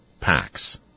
packs